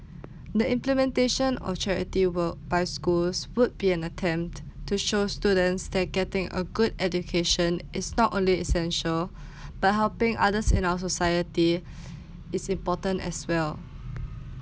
the implementation of charity work by schools would be an attempt to show students that getting a good education is not only essential but helping others in our society is important as well